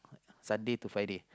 Sunday to Friday